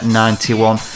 91